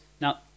Now